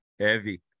heavy